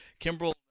Kimbrell